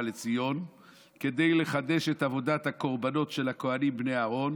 לציון כדי לחדש את עבודת הקורבנות של הכוהנים בני אהרן